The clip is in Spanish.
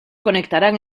conectarán